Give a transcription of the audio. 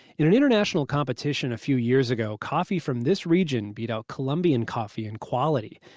in an international competition a few years ago, coffee from this region beat out colombian coffee in quality.